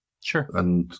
Sure